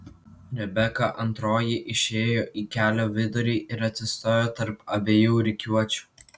rebeka antroji išėjo į kelio vidurį ir atsistojo tarp abiejų rikiuočių